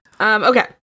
Okay